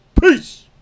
Peace